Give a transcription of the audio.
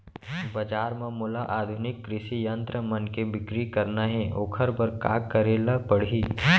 बजार म मोला आधुनिक कृषि यंत्र मन के बिक्री करना हे ओखर बर का करे ल पड़ही?